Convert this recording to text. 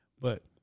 But-